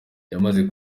yamaze